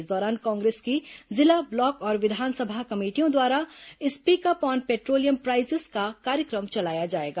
इस दौरान कांग्रेस की जिला ब्लॉक और विधानसभा कमेटियों द्वारा speak up on petroleum prices का कार्यक्रम चलाया जाएगा